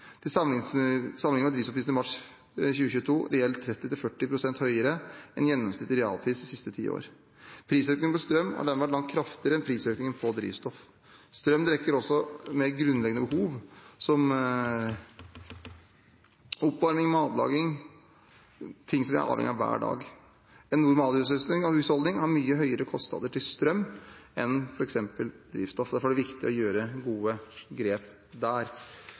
i mars 2022 reelt 30–40 pst. høyere enn gjennomsnittlig realpris de siste ti år. Prisøkningen på strøm har derfor vært langt kraftigere enn prisøkningen på drivstoff. Strøm dekker også mer grunnleggende behov som oppvarming, matlaging – det vi er avhengig hver dag. En normalhusholdning har mye høyere kostnader til strøm enn f.eks. til drivstoff. Derfor er det mye viktigere å ta gode grep der.